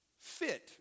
fit